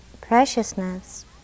preciousness